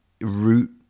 root